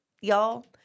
y'all